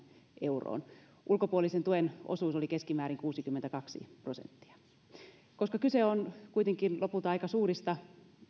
euroon ulkopuolisen tuen osuus oli keskimäärin kuusikymmentäkaksi prosenttia koska kyse on kuitenkin lopulta aika suurista